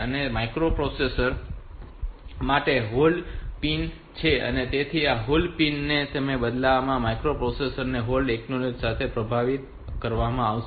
એક માઇક્રોપ્રોસેસર માટે hold signal છે તેથી આ હોલ્ડ લાઇન છે અને બદલામાં આ માઇક્રોપ્રોસેસર હોલ્ડ એકનોવલેજ સાથે પ્રતિભાવ આપશે